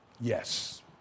Yes